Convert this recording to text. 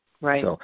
Right